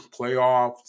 playoffs